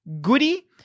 Goody